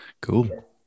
Cool